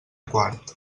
quart